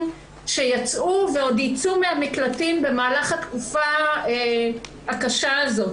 שיצאו ועוד יצאו מהמקלטים במהלך התקופה הקשה הזאת,